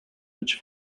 which